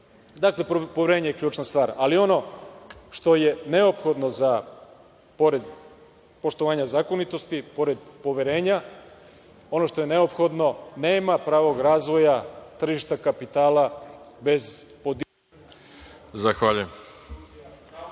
Dakle, poverenje je ključna stvar. Ali, ono što je neophodno, pored poštovanja zakonitosti, pored poverenja, ono što je neophodno, nema pravog razvoja tržišta kapitala bez… (Isključen